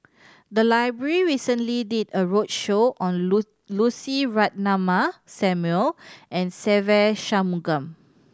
the library recently did a roadshow on Lucy Ratnammah Samuel and Se Ve Shanmugam